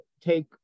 take